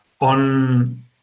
on